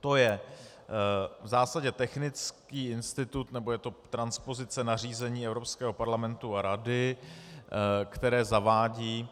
To je v zásadě technický institut, nebo je to transpozice nařízení Evropského parlamentu a Rady, které zavádí